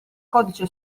codice